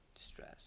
stress